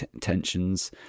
tensions